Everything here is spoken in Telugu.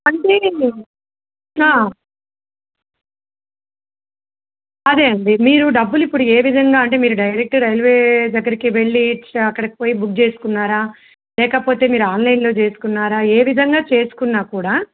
అంటే అదే అండి మీరు డబ్బులు ఇప్పుడు ఏ విధంగా అంటే మీరు డైరెక్ట్ రైల్వే దగ్గరికి వెళ్ళి అక్కడికి పోయి బుక్ చేసుకున్నారా లేకపోతే మీరు ఆన్లైన్లో చేసుకున్నారా ఏ విధంగా చేసుకున్నా కూడా